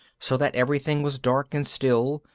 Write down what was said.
so that everything was dark and still,